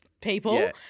people